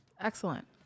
excellent